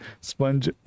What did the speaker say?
Sponge